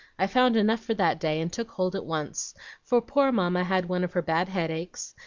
i found enough for that day, and took hold at once for poor mamma had one of her bad headaches,